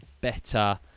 better